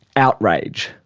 outrage.